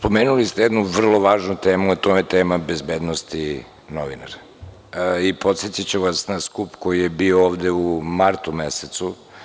Spomenuli ste jednu vrlo važnu temu, a to je tema bezbednosti novinara i podsetiću vas na skup koji je bio ovde u martu mesecu.